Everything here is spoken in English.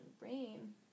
Rain